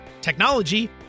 technology